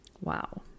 Wow